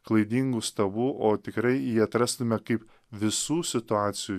klaidingų stabų o tikrai jį atrastume kaip visų situacių